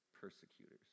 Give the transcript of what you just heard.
persecutors